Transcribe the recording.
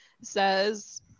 says